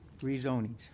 rezonings